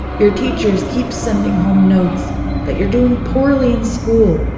your teachers keep sending home notes that you're doing poorly in school.